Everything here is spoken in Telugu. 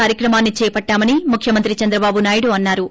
కార్యక్రమాన్ని చేపట్లామని ముఖ్యమంత్రి చంద్రబాబు నాయుడు అన్నా రు